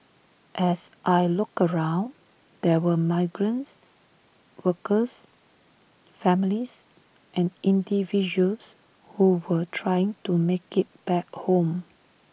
as I looked around there were migrants workers families and individuals who were trying to make IT back home